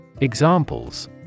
Examples